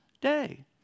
day